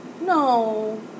No